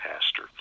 pastor